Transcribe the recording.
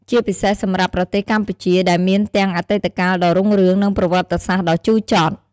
ជាពិសេសសម្រាប់ប្រទេសកម្ពុជា ដែលមានទាំងអតីតកាលដ៏រុងរឿង និងប្រវត្តិសាស្ត្រដ៏ជូរចត់។